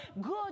good